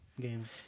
games